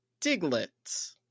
diglets